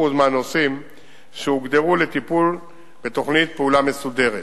מהנושאים שהוגדרו לטיפול בתוכנית פעולה מסודרת,